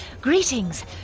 Greetings